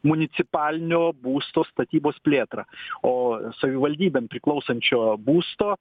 municipalinio būsto statybos plėtrą o savivaldybėm priklausančio būsto